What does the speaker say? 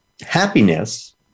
happiness